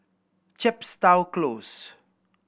Chepstow Close